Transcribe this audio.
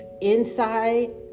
inside